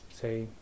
say